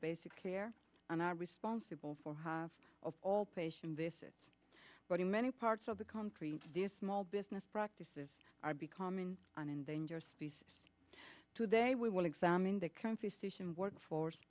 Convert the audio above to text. basic care and are responsible for half of all patients miss it but in many parts of the country the a small business practices are becoming an endangered species today we will examine the currently stationed workforce